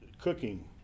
cooking